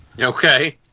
okay